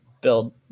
build